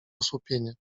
osłupienie